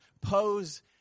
pose